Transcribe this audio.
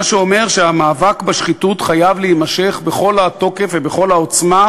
מה שאומר שהמאבק בשחיתות חייב להימשך בכל התוקף ובכל העוצמה,